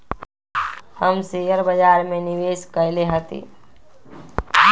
हम शेयर बाजार में निवेश कएले हती